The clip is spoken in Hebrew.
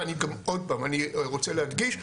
ואני עוד פעם רוצה להדגיש,